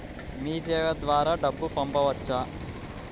మీసేవ ద్వారా డబ్బు పంపవచ్చా?